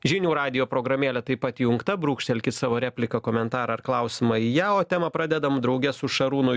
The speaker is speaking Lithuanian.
žinių radijo programėlė taip pat įjungta brūkštelkit savo repliką komentarą ar klausimą į ją o temą pradedam drauge su šarūnu